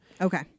Okay